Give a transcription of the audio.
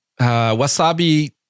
Wasabi